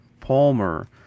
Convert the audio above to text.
Palmer